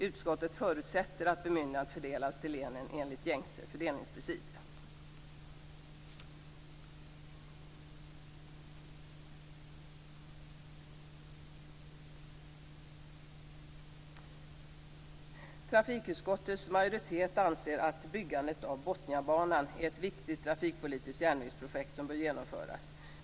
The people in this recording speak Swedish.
Utskottet förutsätter att bemyndigandet fördelas till länen enligt gängse fördelningsprincip. Botniabanan är ett viktigt trafikpolitiskt järnvägsprojekt som bör genomföras.